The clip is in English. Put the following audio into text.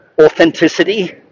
authenticity